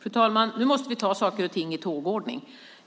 Fru talman! Nu måste vi ta saker och ting i rätt ordning.